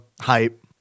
Hype